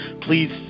please